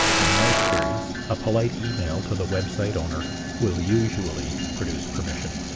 in my experience, a polite email to the website owner will usually produce permission,